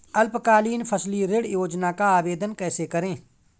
अल्पकालीन फसली ऋण योजना का आवेदन कैसे करें?